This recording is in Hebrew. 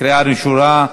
קריאה ראשונה.